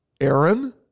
Aaron